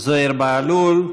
זוהיר בהלול,